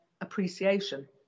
appreciation